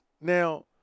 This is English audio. now